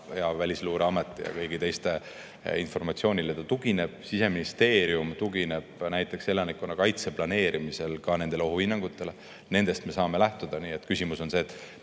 Välisluureameti ja kõigi teiste informatsioonile. Siseministeerium tugineb näiteks elanikkonnakaitse planeerimisel ka nendele ohuhinnangutele. Nendest me saame lähtuda. Nii et kui küsimus on see,